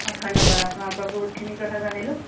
অ ধন্যবাদ আপোনাৰ পৰা বহুতখিনি কথা জানিলোঁ